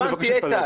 מבקש להתפלג.